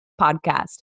podcast